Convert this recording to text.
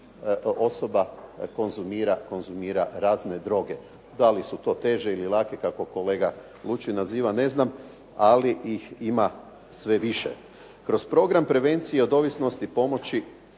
osoba konzumira razne droge. Da li su to teže ili lake kako kolega Lučin naziva ne znam, ali ih ima sve više. Kroz program prevencije od ovisnosti pomoći